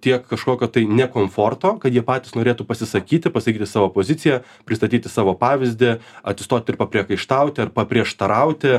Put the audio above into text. tiek kažkokio tai ne komforto kad jie patys norėtų pasisakyti pasakyti savo poziciją pristatyti savo pavyzdį atsistoti ir papriekaištauti ar paprieštarauti